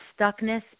stuckness